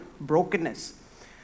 brokenness